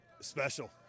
Special